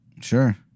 Sure